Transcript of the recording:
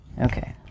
Okay